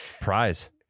Prize